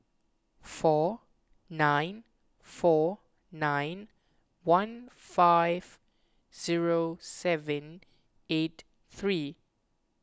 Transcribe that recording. four nine four nine one five zero seven eight three